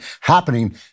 happening